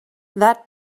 that